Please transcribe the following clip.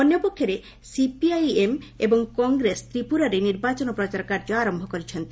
ଅନ୍ୟପକ୍ଷରେ ସିପିଆଇଏମ୍ ଏବଂ କଂଗ୍ରେସ ତ୍ରିପୁରାରେ ନିର୍ବାଚନ ପ୍ରଚାର କାର୍ଯ୍ୟ ଆରମ୍ଭ କରିଛନ୍ତି